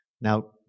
Now